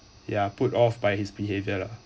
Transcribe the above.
ya put off by his behavior lah